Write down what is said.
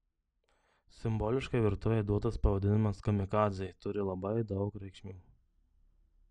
simboliškai virtuvei duotas pavadinimas kamikadzė turi labai daug reikšmių